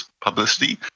publicity